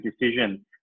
decision